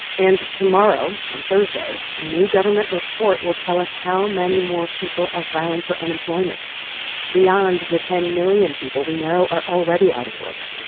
and tomorrow, on thursday, a new government report will tell us how many more people are filing for unemployment beyond the ten million people we know are already out of work.